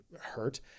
hurt